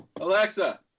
Alexa